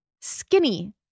skinny